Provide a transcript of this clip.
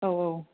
औ औ